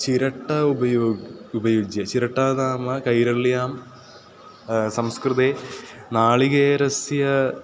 चिरट्ट उपयोगम् उपयुज्य चिरटा नाम कैरळ्यां संस्कृते नारिकेलस्य